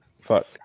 Fuck